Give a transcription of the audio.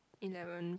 eleven